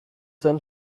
them